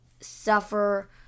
suffer